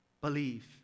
Believe